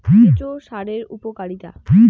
কেঁচো সারের উপকারিতা?